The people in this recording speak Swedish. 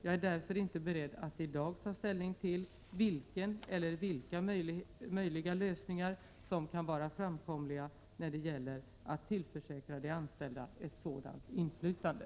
Jag är därför inte beredd att i dag ta ställning till vilken eller vilka möjliga lösningar som kan vara framkomliga när det gäller att tillförsäkra de anställda ett sådant inflytande.